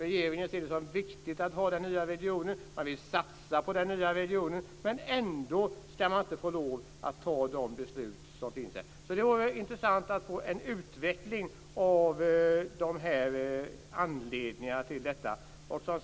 Regeringen ser det som viktigt att ha den nya regionen. Man vill satsa på den nya regionen. Ändå ska vi inte få ta de beslut som ska tas. Det vore intressant att få höra en utveckling av anledningarna till detta.